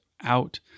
out